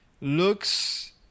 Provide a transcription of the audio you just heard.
looks